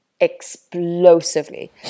explosively